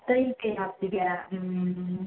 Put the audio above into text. ꯑꯇꯩ ꯀꯔꯤ ꯍꯥꯞꯁꯤꯒꯦ